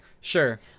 Sure